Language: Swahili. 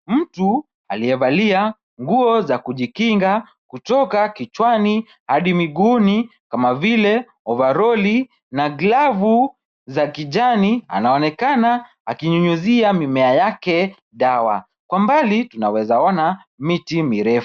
Mtu aliyevalia nguo za kujikinga kutoka kichwani hadi miguuni, kama vile ovaroli na glavu za kijani. Anaonekana akinyunyizia mimea yake dawa. Kwa mbali tunaweza ona miti mirefu.